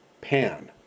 pan